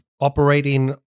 operating